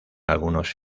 algunos